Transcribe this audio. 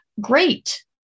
great